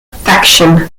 faction